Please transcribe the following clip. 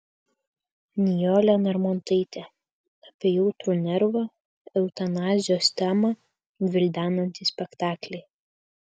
nijolė narmontaitė apie jautrų nervą eutanazijos temą gvildenantį spektaklį